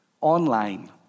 online